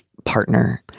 partner.